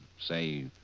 Say